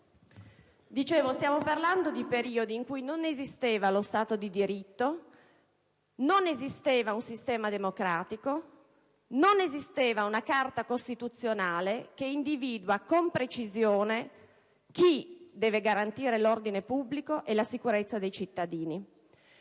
Sottosegretario - di periodi in cui non esisteva lo Stato di diritto, non esisteva un sistema democratico, non esisteva una Carta costituzionale che individuasse con precisione chi doveva garantire l'ordine pubblico e la sicurezza dei cittadini.